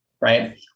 right